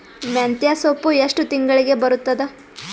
ಮೆಂತ್ಯ ಸೊಪ್ಪು ಎಷ್ಟು ತಿಂಗಳಿಗೆ ಬರುತ್ತದ?